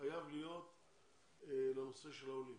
חייב להיות לנושא של העולים,